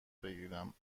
بگیرم